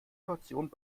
kaution